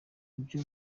ibyo